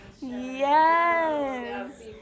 Yes